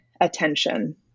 attention